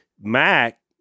Mac